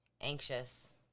anxious